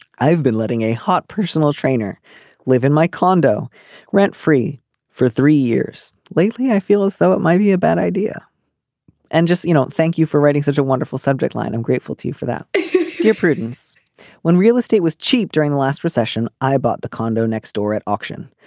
i've been letting a hot personal trainer live in my condo rent free for three years. lately i feel as though it might be a bad idea and just you know thank you for writing such a wonderful subject line. i'm grateful to you for that dear prudence when real estate was cheap during the last recession. i bought the condo next door at auction.